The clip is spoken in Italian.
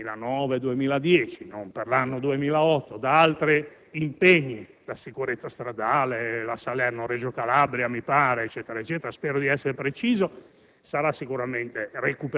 nel suo documento una serie di interventi importanti, intanto per abbattere i costi. Sono sicuro che una quota di risorse, che è stata recuperata